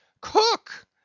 cook